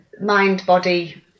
mind-body